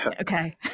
okay